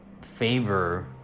favor